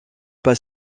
pas